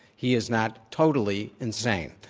he is not totally insane.